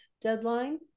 deadline